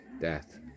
death